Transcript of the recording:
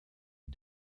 est